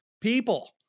people